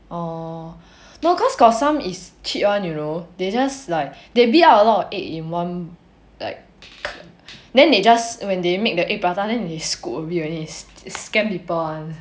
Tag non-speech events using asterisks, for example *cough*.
or no cause got some is cheap one you know *breath* they beat out a lot of egg in one like *noise* then they just when they make the egg prata they just scoop a bit only it's scam people one